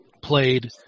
played